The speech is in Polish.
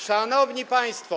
Szanowni Państwo!